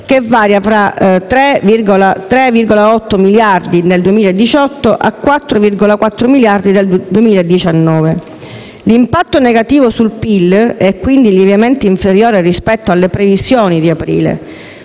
che varia fra 3,8 miliardi nel 2018 e 4,4 miliardi nel 2019. L'impatto negativo sul PIL è quindi lievemente inferiore rispetto alle previsioni di aprile,